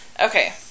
Okay